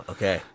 Okay